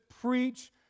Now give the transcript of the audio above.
preach